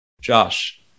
Josh